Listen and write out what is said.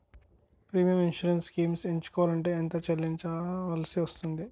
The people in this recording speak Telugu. ప్రీమియం ఇన్సురెన్స్ స్కీమ్స్ ఎంచుకోవలంటే ఎంత చల్లించాల్సివస్తుంది??